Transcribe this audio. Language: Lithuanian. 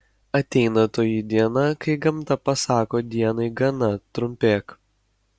ateina toji diena kai gamta pasako dienai gana trumpėk